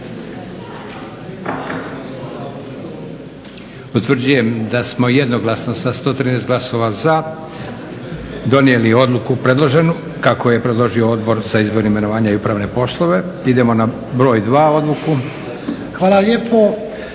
Utvrđujem da smo jednoglasno sa 113 glasova za donijeli odluku predloženu kako je predložio Odbor za izbor, imenovanja i upravne poslove. Idemo na broj 2 odluku. **Lučin,